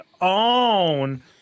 own